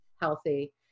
healthy